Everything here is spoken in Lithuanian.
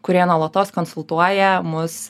kurie nuolatos konsultuoja mus